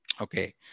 Okay